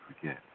forget